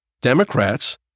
Democrats